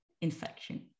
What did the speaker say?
infection